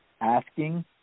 asking